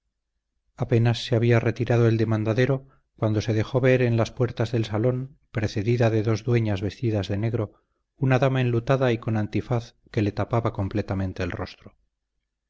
apenas se había retirado el demandadero cuando se dejó ver en las puertas del salón precedida de dos dueñas vestidas de negro una dama enlutada y con antifaz que le tapaba completamente el rostro